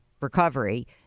recovery